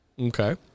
okay